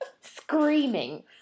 screaming